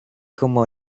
como